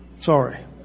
Sorry